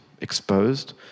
exposed